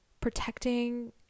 protecting